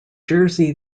jersey